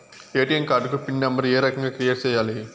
ATM card PIN number ఏ రకంగా create సేయాలి